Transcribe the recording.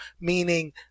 meaning